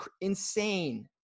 insane